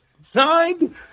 Signed